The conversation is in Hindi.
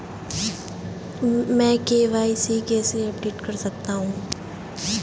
मैं के.वाई.सी कैसे अपडेट कर सकता हूं?